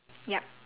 yup